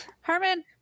Herman